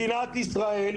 מדינת ישראל,